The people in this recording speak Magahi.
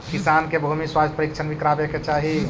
किसान के भूमि स्वास्थ्य परीक्षण भी करवावे के चाहि